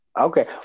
Okay